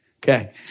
Okay